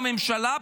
הממשלה,